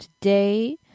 today